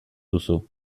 duzu